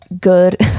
good